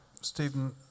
Stephen